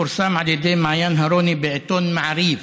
פורסם על ידי מעיין הרוני בעיתון מעריב